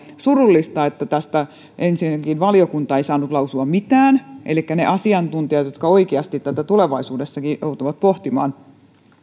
surullista että tästä ensinnäkään valiokunta ei saanut lausua mitään elikkä ne asiantuntijat jotka oikeasti tätä tulevaisuudessakin joutuvat pohtimaan